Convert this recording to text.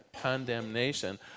condemnation